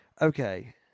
okay